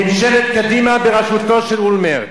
ממשלת קדימה בראשותו של אולמרט: